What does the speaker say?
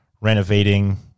renovating